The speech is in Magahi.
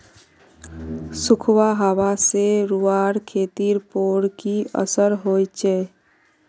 सुखखा हाबा से रूआँर खेतीर पोर की असर होचए?